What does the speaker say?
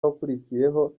wakurikiyeho